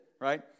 right